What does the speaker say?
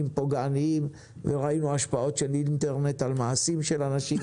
פוגעניים וראינו השפעות של אינטרנט על מעשים של אנשים.